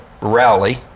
rally